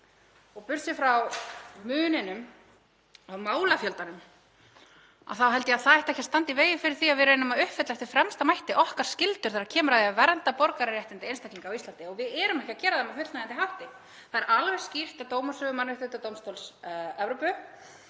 Og burt séð frá muninum á málafjöldanum þá held ég að það ætti ekki að standa í vegi fyrir því að við reynum að uppfylla eftir fremsta mætti okkar skyldur þegar kemur að því að vernda borgararéttindi einstaklinga á Íslandi. Við erum ekki að gera það með fullnægjandi hætti. Það er alveg skýrt af dómasögu Mannréttindadómstóls Evrópu